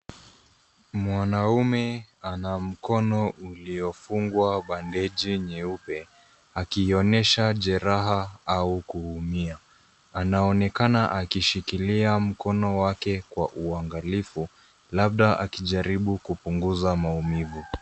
Mwanaume ana mkono uliofungwa bandeji nyeupe akionyesha jeraha au kuumia. Anaonekana akishikilia mkono wake kwa uangalifu labda akijaribu kupunguza maumivu.